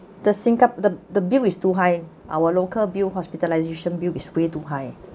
the singa~ th~ the bill is too high our local bill hospitalization bill is way too high